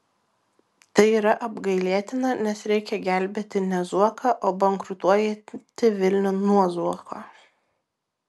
tai yra apgailėtina nes reikia gelbėti ne zuoką o bankrutuojantį vilnių nuo zuoko